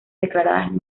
declaradas